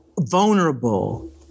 vulnerable